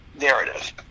narrative